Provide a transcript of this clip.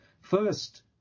first